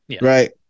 right